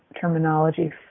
terminology